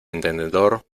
entendedor